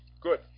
Good